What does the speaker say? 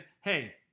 hey